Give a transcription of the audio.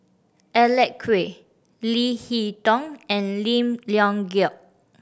Alec Kuok Leo Hee Tong and Lim Leong Geok